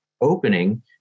opening